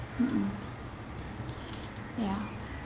mmhmm ya